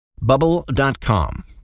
Bubble.com